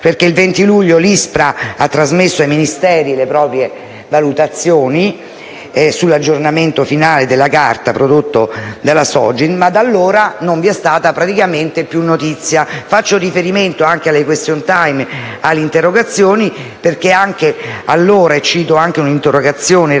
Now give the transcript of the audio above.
stessa. Il 20 luglio, l'ISPRA ha trasmesso ai Ministeri le proprie valutazioni sull'aggiornamento finale della Carta prodotto dalla Sogin, ma da allora non vi è stata praticamente più notizia. Faccio riferimento anche a dei *question time* e alle interrogazioni perché anche allora (e cito un'interrogazione recente